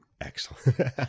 Excellent